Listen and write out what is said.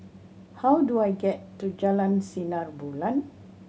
how do I get to Jalan Sinar Bulan